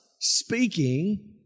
speaking